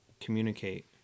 communicate